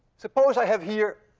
suppose i have here